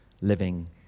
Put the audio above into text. Living